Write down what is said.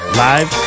live